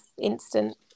instant